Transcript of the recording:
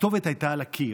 הכתובת הייתה על הקיר,